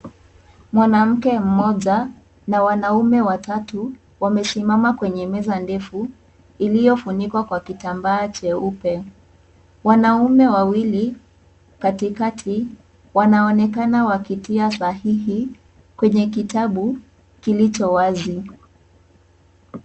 Mwanamke mmoja na wanaume watatu wamesimama kwenye meza ndefu iliyofunikwa kwa kitambaa cheupe. Wanaume wawili katikati wanaonekana wakitia sahihi kwenye kitabu kilicho wazi.